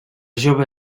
jove